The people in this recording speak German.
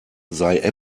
sei